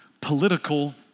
political